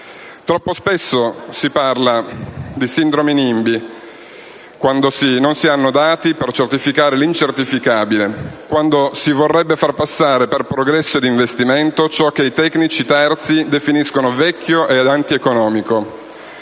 Troppo spesso si parla di sindrome NIMBY quando non si hanno dati per certificare l'incertificabile, quando si vorrebbe far passare per progresso ed investimento ciò che i tecnici terzi definiscono vecchio ed antieconomico.